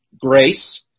grace